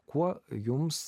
kuo jums